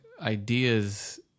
ideas